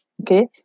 okay